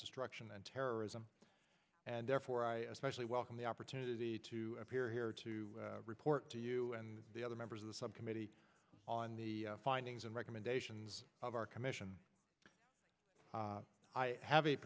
destruction and terrorism and therefore i especially welcome the opportunity to appear here to report to you and the other members of the subcommittee on the findings and recommendations of our commission i have